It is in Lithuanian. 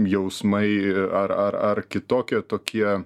jausmai ar ar ar kitokie tokie